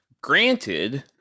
granted